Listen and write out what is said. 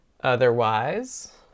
Otherwise